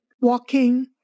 Walking